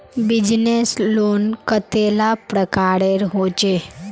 Business loan कतेला प्रकारेर होचे?